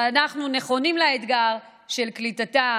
ואנחנו נכונים לאתגר של קליטתם.